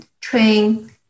train